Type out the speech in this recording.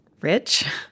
rich